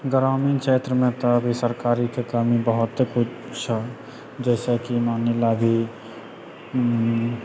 ग्रामीण क्षेत्रमे तऽ अभी सरकारीके कमी बहुते कुछ होइ हऽ जैसे कि मानि लए अभी